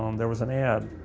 um there was an ad.